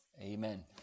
Amen